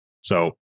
So-